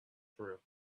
through